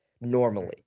normally